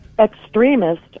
extremist